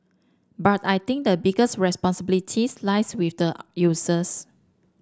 but I think the biggest responsibilities lies with the users